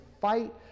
fight